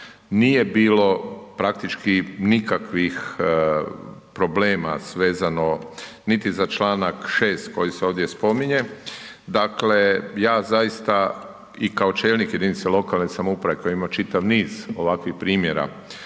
nije bilo praktički nikakvih problema svezano niti za čl. 6. koji se ovdje spominje, dakle ja zaista i kao čelnik jedinice lokalne samouprave koji je imao čitav niz ovakvih primjera